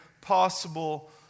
possible